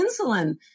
insulin